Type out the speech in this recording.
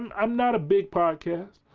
and i'm not a big podcast.